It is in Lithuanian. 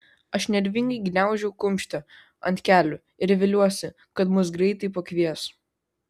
aš nervingai gniaužau kumštį ant kelių ir viliuosi kad mus greitai pakvies